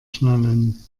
schnallen